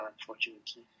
unfortunately